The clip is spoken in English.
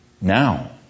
now